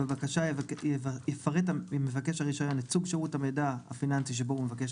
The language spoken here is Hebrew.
בבקשה יפרט מבקש הרישיון את סוג שירות המידע הפיננסי שבו הוא מבקש